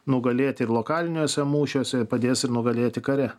nugalėti ir lokaliniuose mūšiuose padės ir nugalėti kare